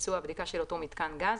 לביצוע הבדיקה של אותו מיתקן גז,